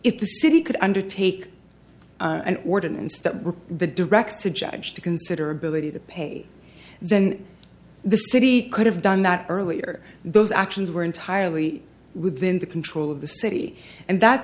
if the city could undertake an ordinance that the directs a judge to consider ability to pay then the city could have done that earlier those actions were entirely within the control of the city and that